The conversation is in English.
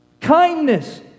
Kindness